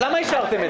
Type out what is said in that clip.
למה אישרתם את זה?